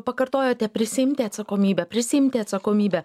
pakartojote prisiimti atsakomybę prisiimti atsakomybę